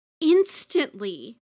instantly